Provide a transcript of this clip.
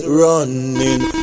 running